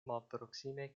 malproksime